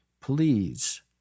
please